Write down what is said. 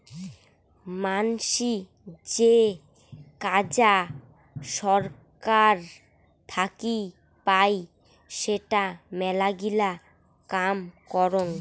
মানাসী যে কাজা সরকার থাকি পাই সেটা মেলাগিলা কাম করং